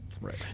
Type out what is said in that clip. Right